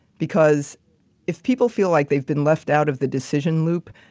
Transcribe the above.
because if people feel like they've been left out of the decision loop,